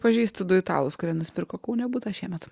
pažįstu du italus kurie nusipirko kaune butą šiemet